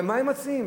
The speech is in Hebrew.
ומה הם מציעים?